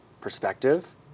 perspective